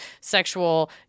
sexual